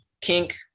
kink